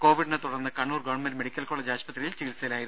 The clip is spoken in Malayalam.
കോവിഡിനെ തുടർന്ന് കണ്ണൂർ ഗവൺമെന്റ് മെഡിക്കൽ കോളജ് ആശുപത്രിയിൽ ചികിത്സയിലായിരുന്നു